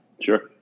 sure